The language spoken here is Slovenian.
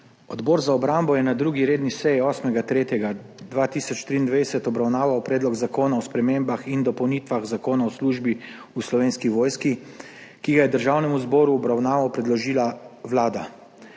Odbor za obrambo je na 2. redni seji 8. 3. 2023 obravnaval Predlog zakona o spremembah in dopolnitvah Zakona o službi v Slovenski vojski, ki ga je Državnemu zboru v obravnavo predložila Vlada.